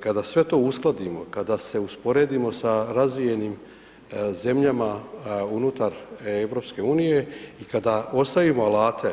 Kada sve to uskladimo, kada se usporedimo sa razvijenim zemljama unutar EU i kada ostavimo alate